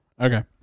Okay